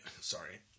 sorry